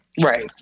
Right